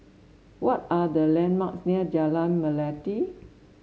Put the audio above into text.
what are the landmarks near Jalan Melati